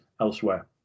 elsewhere